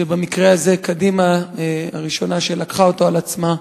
שבמקרה הזה קדימה היא הראשונה שלקחה אותו על עצמה,